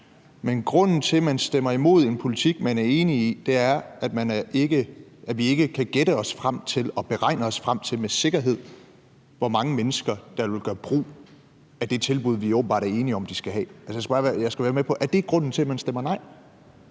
Men grunden til, at man stemmer imod en politik, man er enig i, er, at vi ikke kan gætte os frem til eller med sikkerhed beregne os frem til, hvor mange mennesker der vil gøre brug af det tilbud, vi åbenbart er enige om de skal have. Jeg skal bare være med på, at det er grunden til, at man stemmer nej.